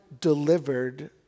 delivered